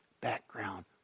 background